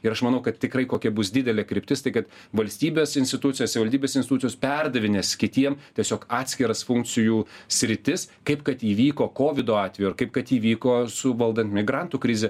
ir aš manau kad tikrai kokia bus didelė kryptis tai kad valstybės institucija savivaldybės institucijos perdavinės kitiem tiesiog atskiras funkcijų sritis kaip kad įvyko kovido atveju ar kaip kad įvyko su valdant migrantų krizę